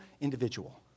individual